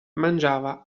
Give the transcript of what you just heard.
mangiava